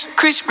Chris